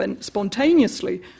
spontaneously